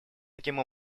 таким